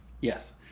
Yes